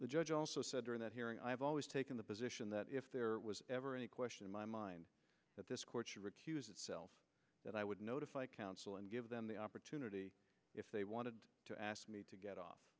the judge also said during that hearing i have always taken the position that if there was ever any question in my mind that this court that i would notify counsel and give them the opportunity if they wanted to ask me to get off